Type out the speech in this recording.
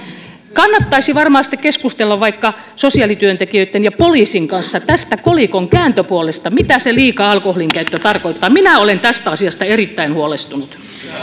kannattaisi varmasti keskustella vaikka sosiaalityöntekijöitten ja poliisin kanssa tästä kolikon kääntöpuolesta mitä se liika alkoholinkäyttö tarkoittaa minä olen tästä asiasta erittäin huolestunut